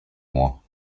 moi